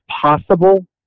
possible